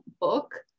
book